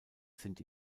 sind